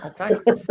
Okay